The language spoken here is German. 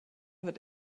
wird